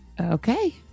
Okay